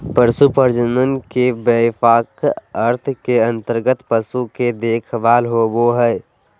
पशु प्रजनन के व्यापक अर्थ के अंतर्गत पशु के देखभाल होबो हइ